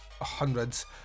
hundreds